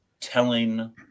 telling